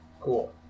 Cool